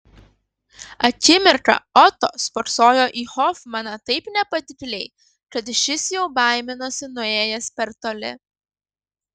akimirką oto spoksojo į hofmaną taip nepatikliai kad šis jau baiminosi nuėjęs per toli